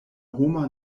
homa